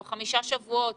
שבועות